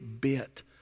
bit